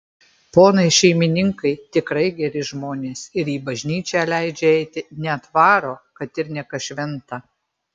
ponai šeimininkai tikrai geri žmonės ir į bažnyčią leidžia eiti net varo kad ir ne kas šventą